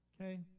okay